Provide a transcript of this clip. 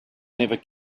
never